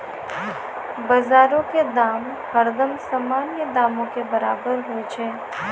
बजारो के दाम हरदम सामान्य दामो के बराबरे होय छै